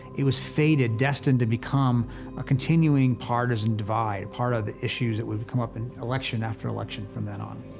it was fated, destined to become a continuing partisan divide, part of the issues that would come up in election after election from then on.